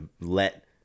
let